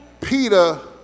Peter